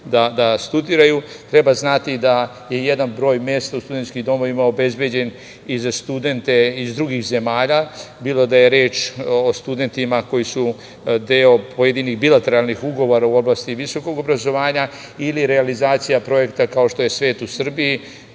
da studiraju. Treba znati da je jedan broj mesta u studentskim domovima obezbeđen i za studente iz drugih zemalja, bilo da je reč o studentima koji su deo pojedinih bilateralnih ugovora u oblasti visokog obrazovanja ili realizacija projekta kao što je "Svet u Srbiji",